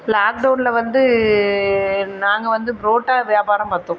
லாக்டவுனில் வந்து நாங்கள் வந்து பரோட்டா வியாபாரம் பார்த்தோம்